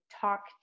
talk